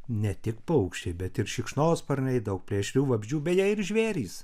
ne tik paukščiai bet ir šikšnosparniai daug plėšrių vabzdžių beje ir žvėrys